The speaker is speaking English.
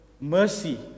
mercy